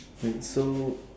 wait so